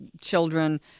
children